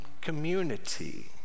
community